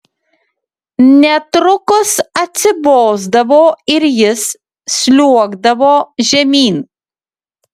netrukus atsibosdavo ir jis sliuogdavo žemyn